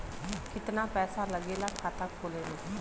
कितना पैसा लागेला खाता खोले में?